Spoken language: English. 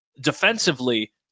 Defensively